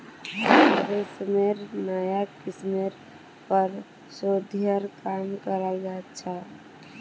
रेशमेर नाया किस्मेर पर शोध्येर काम कराल जा छ